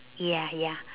ya ya